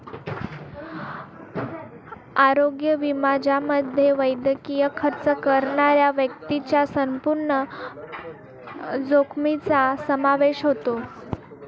आरोग्य विमा ज्यामध्ये वैद्यकीय खर्च करणाऱ्या व्यक्तीच्या संपूर्ण जोखमीचा समावेश होतो